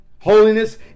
Holiness